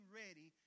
ready